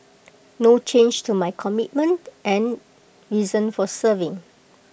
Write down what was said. no change to my commitment and reason for serving